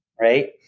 Right